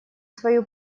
свою